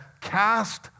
cast